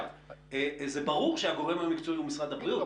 זה ברור שהגורם המקצועי הוא משרד הבריאות,